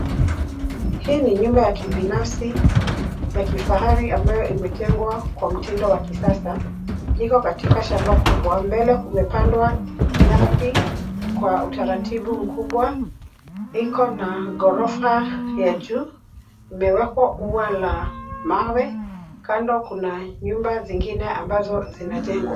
Hii ni nyumba ya kibinafsi ya kifahari ambayo imejengwa kwa mtindo wa kisasa, iko katika shamba kubwa. Mbele kumepandwa nyasi kwa utaratibu mkubwa, iko na ghorofa ya juu, imewekwa ua la mawe, kando kuna nyumba zingine zinazojengwa.